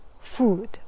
food